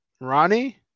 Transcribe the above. Ronnie